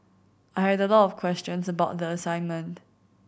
I had a lot of questions about the assignment